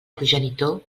progenitor